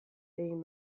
egin